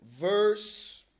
verse